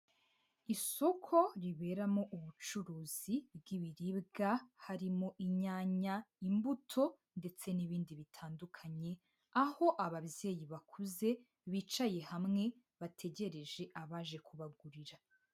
Isoko riberamo ubucuruzi bw'ibiribwa, harimo inyanya, imbuto ndetse n'ibindi bitandukanye, aho ababyeyi bakuze, bicaye hamwe, bategereje abaje kubagurira.